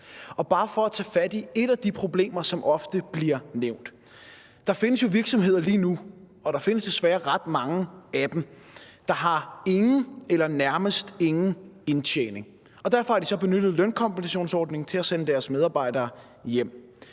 Bare for at tage fat i et af de problemer, som ofte bliver nævnt: Der findes jo virksomheder lige nu, og der findes desværre ret mange af dem, der har ingen eller nærmest ingen indtjening, og derfor har de så benyttet lønkompensationsordningen til at sende deres medarbejdere hjem.